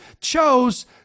chose